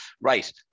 Right